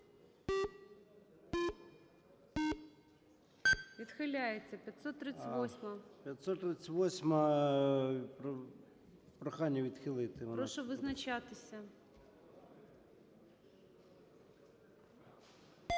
Відхиляється. 667. Прошу визначатися.